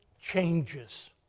changes